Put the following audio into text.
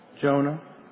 Jonah